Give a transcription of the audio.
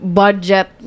budget